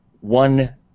one